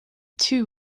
two